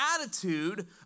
attitude